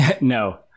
No